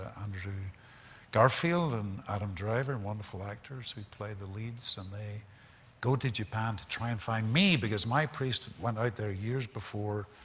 andrew garfield, and adam driver, wonderful actors who play the lead so and they go to japan to try to and find me because my priest went out there years before.